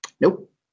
Nope